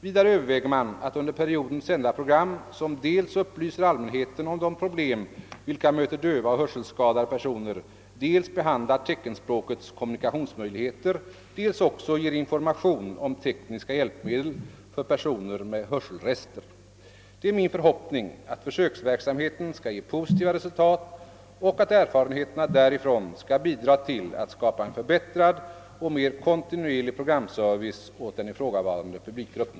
Vidare överväger man att under perioden sända program, som dels upplyser allmänheten om de problem vilka möter döva och hörselskadade personer, dels behandlar teckenspråkets kommunikationsmöjligheter, dels också ger information om Det är min förhoppning, att försöksverksamheten skall ge positiva resultat och att erfarenheterna därifrån skall bidra till att skapa en förbättrad och mera kontinuerlig programservice åt den ifrågavarande publikgruppen.